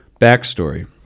Backstory